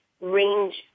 range